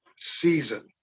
season